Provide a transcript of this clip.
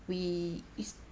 we